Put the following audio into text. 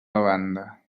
lavanda